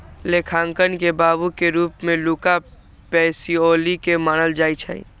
लेखांकन के बाबू के रूप में लुका पैसिओली के मानल जाइ छइ